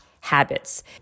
habits